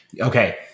Okay